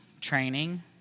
training